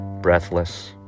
breathless